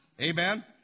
Amen